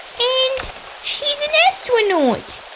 and she's an astronaut!